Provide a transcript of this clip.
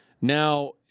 now